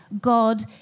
God